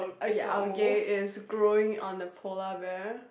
uh ya algae is growing on the polar bear